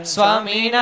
Swami